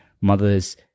mother's